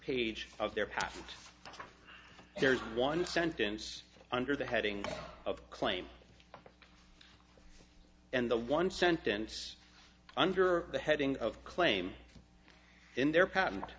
page of their past there's one sentence under the heading of claim and the one sentence under the heading of claim in their pat